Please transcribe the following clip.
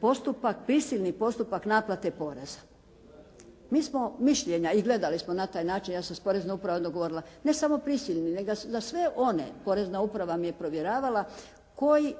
postupak, prisilni postupak naplate poreza. Mi smo mišljenja i gledali smo na taj način. Ja sam s Poreznom upravom dogovorila, ne samo prisiliti, nego za sve one Porezna uprava mi je provjeravala, koji